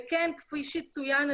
וכן כפי שצוין,